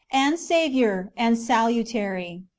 and saviour, and salutary.